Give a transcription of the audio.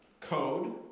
code